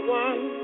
one